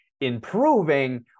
improving